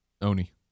Oni